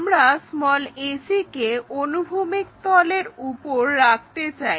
আমরা ac কে অনুভূমিক তলের উপর রাখতে চাই